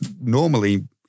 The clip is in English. normally